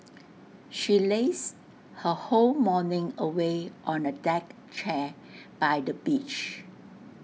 she lazed her whole morning away on A deck chair by the beach